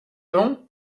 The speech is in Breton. dezhañ